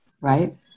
right